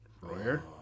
Royer